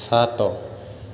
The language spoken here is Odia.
ସାତ